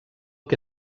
que